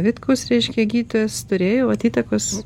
vitkus reiškia gydytojas turėjo vat įtakos